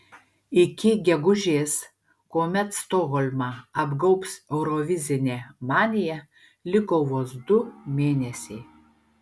iki gegužės kuomet stokholmą apgaubs eurovizinė manija liko vos du mėnesiai